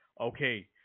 okay